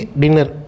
dinner